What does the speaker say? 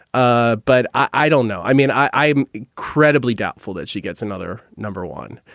ah but i don't know. i mean, i am incredibly doubtful that she gets another number one.